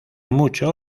mucho